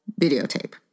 videotape